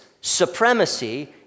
supremacy